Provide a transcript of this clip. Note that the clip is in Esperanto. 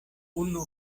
unu